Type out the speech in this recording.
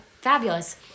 fabulous